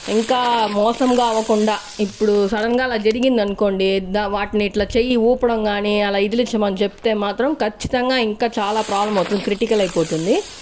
ఇంకా మోసంగా అవ్వకుండా ఇప్పుడు షడన్ గా అలా జరిగిందనుకోండి దాన్ని వాటిని ఇట్ల చెయ్యి ఊపడం కాని అలా విదిలిచ్చమని చెప్తే మాత్రం ఖచ్చితంగా ఇంకా చాలా ప్రాబ్లమ్ అవుతుంది క్రిటికల్ అయిపోతుంది